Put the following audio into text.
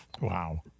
wow